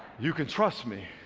you can trust me.